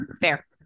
fair